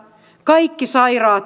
herra puhemies